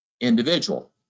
individual